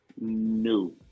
No